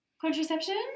Contraception